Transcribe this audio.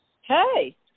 Hey